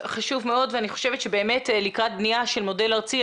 חשוב מאוד ואני חושבת שבאמת לקראת בניה של מודל ארצי,